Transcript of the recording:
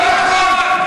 לא נכון.